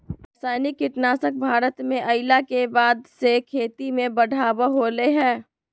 रासायनिक कीटनासक भारत में अइला के बाद से खेती में बढ़ावा होलय हें